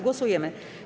Głosujemy.